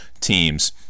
teams